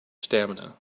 stamina